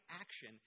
action